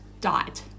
died